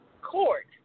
court